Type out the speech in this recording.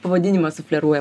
pavadinimas sufleruoja